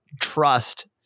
trust